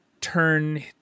turn